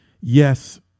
yes